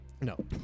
No